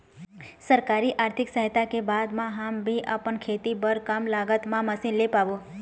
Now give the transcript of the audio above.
सरकारी आरथिक सहायता के बाद मा हम भी आपमन खेती बार कम लागत मा मशीन ले पाबो?